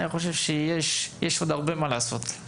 אני חושב שיש עוד הרבה מה לעשות.